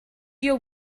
your